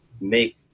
make